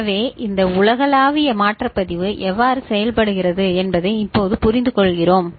எனவே இந்த உலகளாவிய மாற்ற பதிவு எவ்வாறு செயல்படுகிறது என்பதை இப்போது புரிந்துகொள்கிறோம்